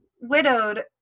widowed